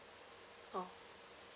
oh